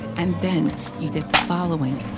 and then you get the following.